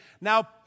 now